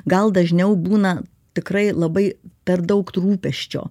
gal dažniau būna tikrai labai per daug rūpesčio